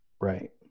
Right